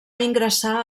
ingressar